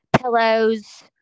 pillows